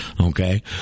Okay